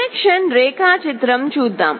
connection రేఖాచిత్రం చూద్దాం